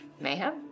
mayhem